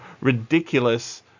ridiculous